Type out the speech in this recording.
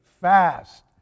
Fast